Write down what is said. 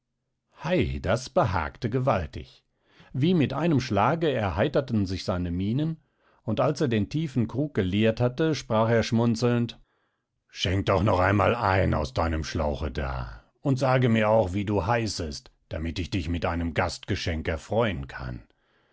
hei das behagte gewaltig wie mit einem schlage erheiterten sich seine mienen und als er den tiefen krug geleert hatte sprach er schmunzelnd schenk doch noch einmal ein aus deinem schlauche da und sage mir auch wie du heißest damit ich dich mit einem gastgeschenk erfreuen kann